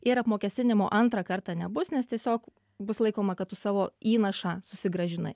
ir apmokestinimo antrą kartą nebus nes tiesiog bus laikoma kad tu savo įnašą susigrąžinai